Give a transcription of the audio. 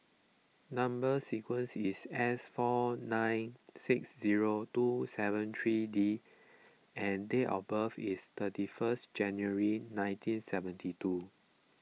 Number Sequence is S four nine six zero two seven three D and date of birth is thirty first January nineteen seventy two